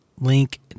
link